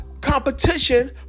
competition